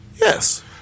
Yes